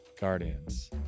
Guardians